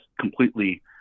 completely